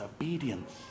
obedience